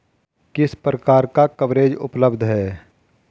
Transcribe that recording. किस प्रकार का कवरेज उपलब्ध है?